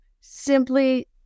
simply